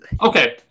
Okay